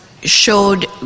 Showed